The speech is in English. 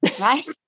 right